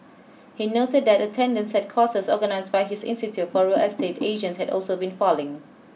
he noted that attendance at courses organised by his institute for real estate agents had also been falling